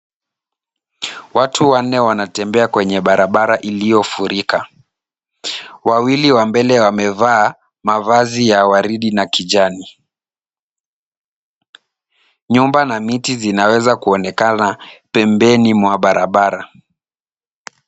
Watu wanne wanatembea kwenye barabara iliyofurika. Wawili wa mbele wamevaa mavazi ya waridi na kijani. Nyumba na miti zinaweza kuonekana pembeni mwa barabara.